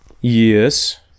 Yes